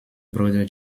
brother